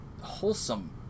wholesome